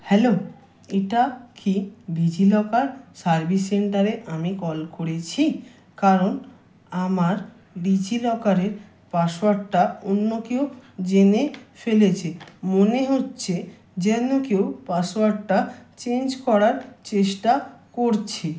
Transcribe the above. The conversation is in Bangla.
হ্যালো এটা কি ডিজিলকার সার্ভিস সেন্টারে আমি কল করেছি কারণ আমার ডিজিলকারের পাসওয়ার্ডটা অন্য কেউ জেনে ফেলেছে মনে হচ্ছে যেন কেউ পাসওয়ার্ডটা চেঞ্জ করার চেষ্টা করছে